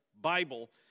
Bible